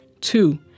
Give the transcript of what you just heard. Two